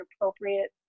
appropriate